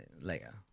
Later